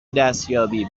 دستیابی